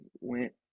went